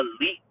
elite